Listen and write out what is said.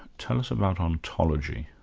tell us about ontology.